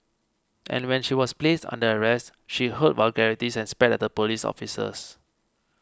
and when she was placed under arrest she hurled vulgarities and spat at the police officers